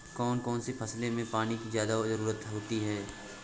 कौन कौन सी फसलों में पानी की ज्यादा ज़रुरत होती है?